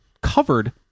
covered